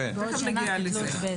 תכף נגיע לזה.